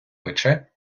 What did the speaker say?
пече